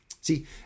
see